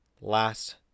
Last